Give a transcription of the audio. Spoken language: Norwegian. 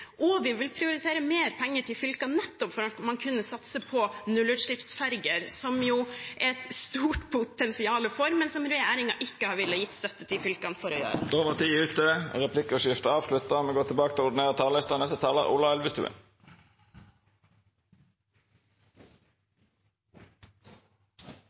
og vi vil prioritere mer penger til fylkene nettopp for at de skal kunne satse på nullutslippsferjer, som det jo er et stort potensial for, men som regjeringen ikke har villet gi støtte til. Replikkordskiftet er omme. Koronapandemien og den økonomiske krisen vi nå er inne i, er den største vi